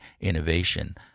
innovation